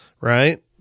right